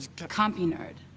compunerd.